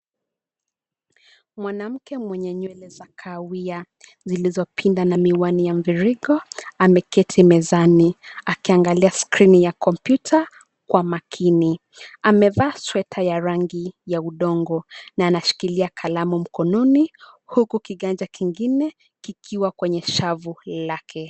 Mwanamke mwenye nywele za kahawia, zilizopinda, na miwani za mviringo, ameketi mezani akiangalia skrini ya kompyuta kwa makini. Amevaa sweta ya rangi ya udongo na anashikilia kalamu mkononi huku kiganja kingine kikiwa kwenye shavu lake.